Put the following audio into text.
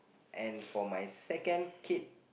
and for my second kid